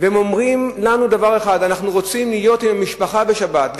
והם אומרים לנו דבר אחד: אנחנו רוצים להיות עם המשפחה בשבת.